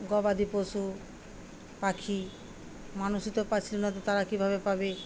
গবাদি পশু পাখি মানুষই তো পাচ্ছিল না তো তারা কীভাবে পাবে